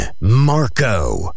Marco